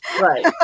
Right